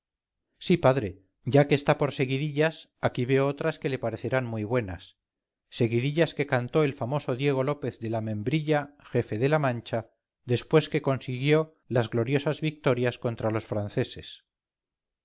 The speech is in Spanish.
sí padre ya que está por seguidillas aquí veo otras que le parecerán muy buenas seguidillas que cantó el famoso diego lópez de la membrilla jefe de la mancha después que consiguió las gloriosas victorias contra los franceses